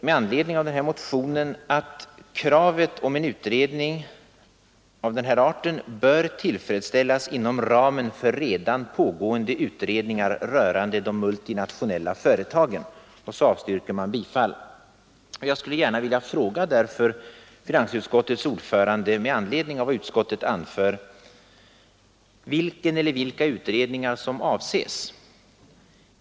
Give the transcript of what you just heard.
Utskottet anför att kravet på en utredning av denna art ”bör tillfredsställas inom ramen för redan pågående utredningar rörande de multinationella företagen”. Därefter avstyrker utskottet bifall till motionsyrkandet. Med anledning av vad utskottet anfört skulle jag gärna vilja fråga finansutskottets ordförande: Vilken eller vilka utredningar avses?